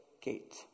gate